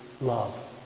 love